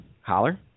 Holler